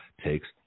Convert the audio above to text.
takes